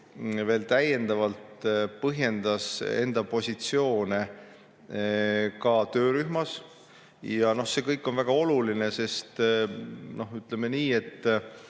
veel täiendavalt põhjendas enda positsioone ka töörühmas. See kõik on väga oluline, sest ütleme nii, et